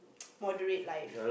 moderate life